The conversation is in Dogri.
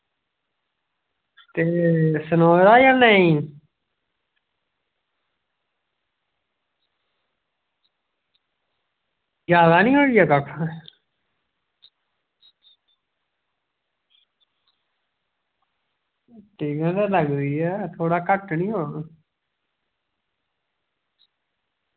ते स्योए दा जां नेई जैदा निं होई गेआ टीकन ते लगदी ऐ थोह्ड़ा घट्ट निं होग